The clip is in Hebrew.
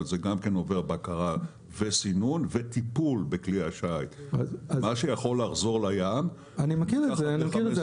זה גם כן עובר בקרה וסינון וטיפול בכלי השיט אני מכיר את זה.